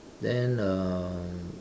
then um